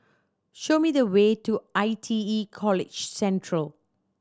show me the way to I T E College Central